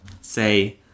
say